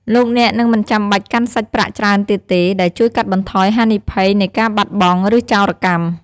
លោកអ្នកនឹងមិនចាំបាច់កាន់សាច់ប្រាក់ច្រើនទៀតទេ ដែលជួយកាត់បន្ថយហានិភ័យនៃការបាត់បង់ ឬចោរកម្ម។